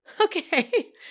okay